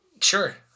Sure